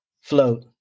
float